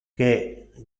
que